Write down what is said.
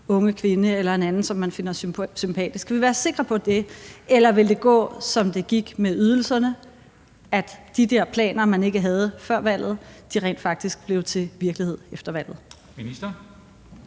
unge kvinde eller en anden, som man finder sympatisk? Kan vi være sikre på det? Eller vil det gå, som det gik med ydelserne, nemlig at de der planer, man ikke havde før valget, rent faktisk blev til virkelighed efter valget?